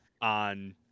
on